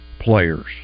players